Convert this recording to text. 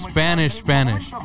Spanish-Spanish